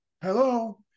hello